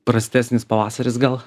prastesnis pavasaris gal